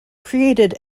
created